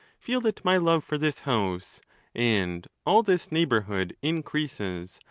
feel that my love for this house and all this neighbourhood increases,